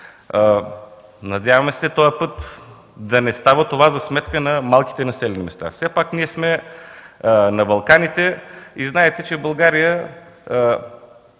Надяваме се този път да не става това за сметка на малките населени места. Все пак ние сме на Балканите и знаете, че в България